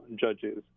judges